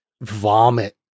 vomit